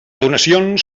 donacions